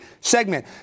segment